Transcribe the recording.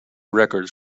records